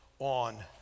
on